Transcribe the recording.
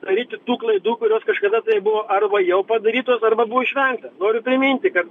daryti tų klaidų kurios kažkada buvo arba jau padarytos arba buvo išvengta noriu priminti kad